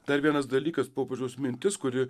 dar vienas dalykas popiežiaus mintis kuri